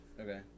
Okay